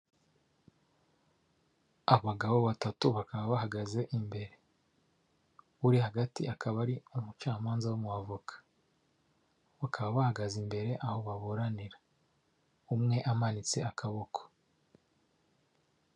Abagabo batatu, bakaba bahagaze imbere, uri hagati akaba ari umucamanza w'umwavoka, bakaba bahagaze imbere aho baburanira, umwe akaba ahanitse akaboko.